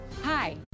Hi